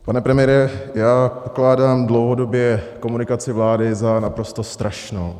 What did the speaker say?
Pane premiére, já pokládám dlouhodobě komunikaci vlády za naprosto strašnou.